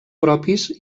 propis